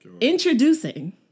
Introducing